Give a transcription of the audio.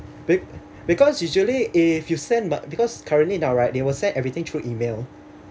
be~ because usually if you send but because currently now right they will send everything through email